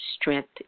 strength